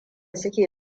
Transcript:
suke